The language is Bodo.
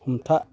हमथा